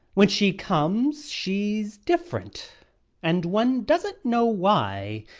when she comes, she's different and one doesn't know why.